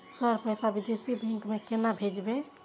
Sir पैसा विदेशी bank में केना भेजबे?